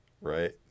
Right